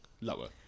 lower